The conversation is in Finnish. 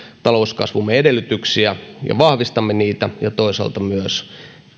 talouskasvumme edellytyksiä ja vahvistamme niitä ja toisaalta myös